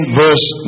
verse